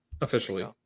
Officially